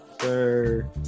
sir